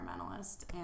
environmentalist